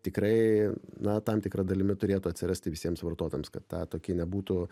tikrai na tam tikra dalimi turėtų atsirasti visiems vartotojams kad tą tokį nebūtų